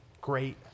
great